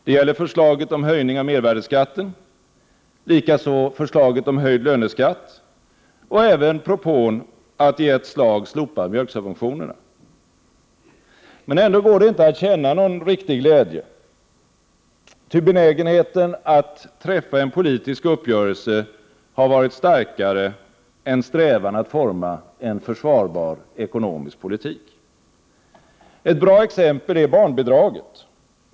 Det gäller förslaget om höjning av mervärdeskatten, likaså förslaget om höjd löneskatt och även propån att i ett slag slopa mjölksubventionerna. Men ändå går det inte att känna någon riktig glädje, ty benägenheten att träffa en politisk uppgörelse har varit starkare än strävan att forma en försvarbar ekonomisk politik. Ett bra exempel är barnbidraget.